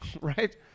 right